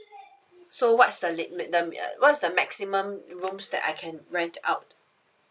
so what's the late the um uh what's the maximum rooms that I can rent out